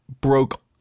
broke